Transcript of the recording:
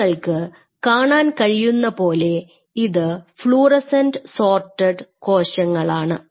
നിങ്ങൾക്ക് കാണാൻ കഴിയുന്ന പോലെ ഇത് ഫ്ലൂറോസെന്റ് സോർട്ടഡ്ഡ് കോശങ്ങളാണ്